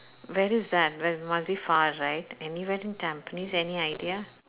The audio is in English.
where is that whe~ must be far right anywhere in tampines any idea